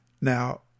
Now